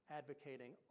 advocating